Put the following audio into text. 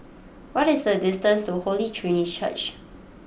what is the distance to Holy Trinity Church